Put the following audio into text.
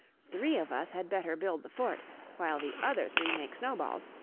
three of us had better build the fort while the other three make snowballs,